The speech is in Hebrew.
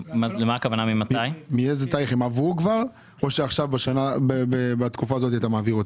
הם כבר עברו או שבתקופה הזאת הם עוברים?